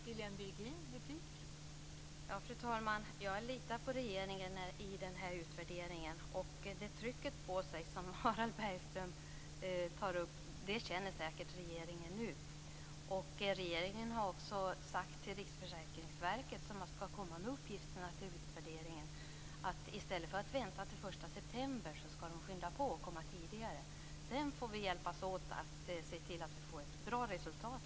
Fru talman! Jag litar på regeringen i fråga om den här utvärderingen. Regeringen känner säkert det tryck nu som Harald Bergström talar om. Regeringen har också sagt till Riksförsäkringsverket, som skall komma med uppgifterna till utvärderingen, att det i stället för att vänta till den 1 september skall skynda på och komma tidigare. Sedan får vi hjälpas åt och se till att få ett bra resultat.